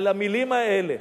על המלים האלה,